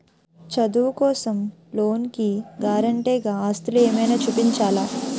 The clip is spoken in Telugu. చదువు కోసం లోన్ కి గారంటే గా ఆస్తులు ఏమైనా చూపించాలా?